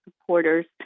supporters